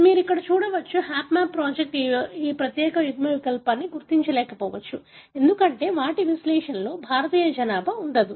మీరు ఇక్కడ చూడవచ్చు హప్ మ్యాప్ ప్రాజెక్ట్ ఈ ప్రత్యేక యుగ్మవికల్పాన్ని గుర్తించకపోవచ్చు ఎందుకంటే వాటి విశ్లేషణలో భారతీయ జనాభా ఉండదు